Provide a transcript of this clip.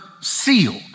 sealed